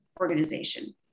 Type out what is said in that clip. organization